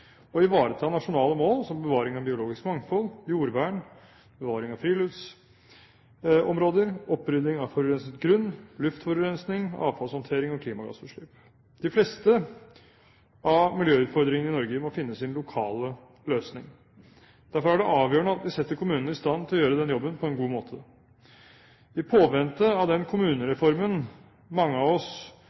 å ivareta nasjonale mål som bevaring av biologisk mangfold, jordvern, friluftsområder, opprydding av forurenset grunn, luftforurensing, avfallshåndtering og klimagassutslipp. De fleste av miljøutfordringene i Norge må finne sin lokale løsning. Derfor er det avgjørende at vi setter kommunene i stand til å gjøre den jobben på en god måte. I påvente av den kommunereformen mange av oss